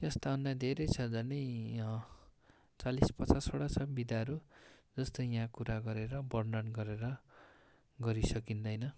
यस्ता अन्य धेरै छ झन्डै चालिस पचासवटा छ बिदाहरू जस्तै यहाँ कुरा गरेर वर्णन गरेर गरिसकिँदैन